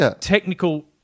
technical